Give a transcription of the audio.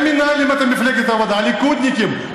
הם מנהלים את מפלגת העבודה, הליכודניקים.